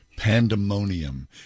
pandemonium